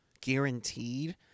Guaranteed